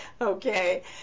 Okay